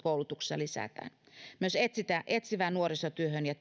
koulutuksessa lisätään myös etsivän nuorisotyön ja